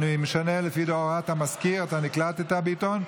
לפי הוראת המזכיר, אתה נקלטת, ביטון.